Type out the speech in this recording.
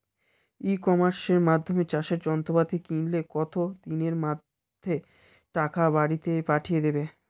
ই কমার্সের মাধ্যমে চাষের যন্ত্রপাতি কিনলে কত দিনের মধ্যে তাকে বাড়ীতে পাঠিয়ে দেবে?